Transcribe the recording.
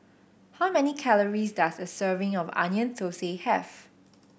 how many calories does a serving of Onion Thosai have